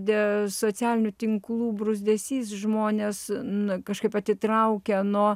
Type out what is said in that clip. dėl socialinių tinklų bruzdesys žmonė nu kažkaip atitraukia nuo